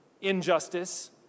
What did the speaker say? injustice